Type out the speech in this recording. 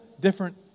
different